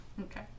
Okay